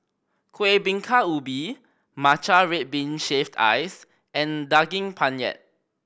Kuih Bingka Ubi matcha red bean shaved ice and Daging Penyet